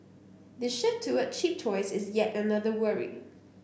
the shift toward cheap toys is yet another worry